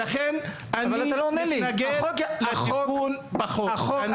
לכן אני מתנגד לתיקון בחוק.